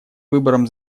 выборам